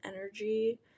energy